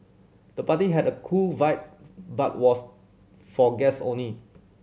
the party had a cool vibe but was for guest only